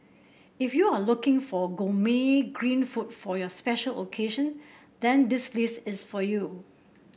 if you are looking for gourmet green food for your special occasion then this list is for you